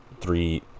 three